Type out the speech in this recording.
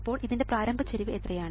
ഇപ്പോൾ ഇതിന്റെ പ്രാരംഭ ചരിവ് എത്രയാണ്